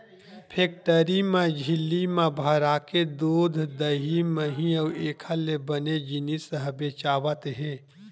factory म झिल्ली म भराके दूद, दही, मही अउ एखर ले बने जिनिस ह बेचावत हे